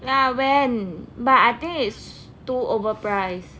ya when but I think is too overpriced